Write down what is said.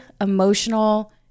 emotional